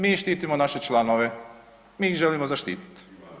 Mi štitimo naše članove, mi ih želio zaštiti.